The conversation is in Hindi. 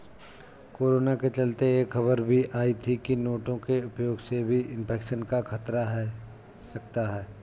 कोरोना के चलते यह खबर भी आई थी की नोटों के उपयोग से भी इन्फेक्शन का खतरा है सकता है